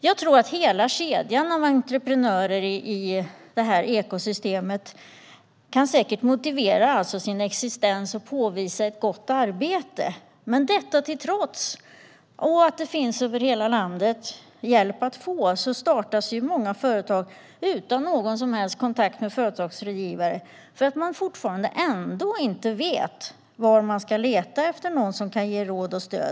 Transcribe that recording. Jag tror att hela kedjan av aktörer i detta ekosystem säkert kan motivera sin existens och påvisa ett gott arbete. Trots detta och trots att det finns hjälp att få över hela landet startas många företag utan någon som helst kontakt med företagsrådgivare för att de inte vet var de ska leta efter någon som kan ge råd och stöd.